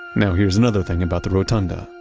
now here's another thing about the rotunda.